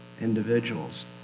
individuals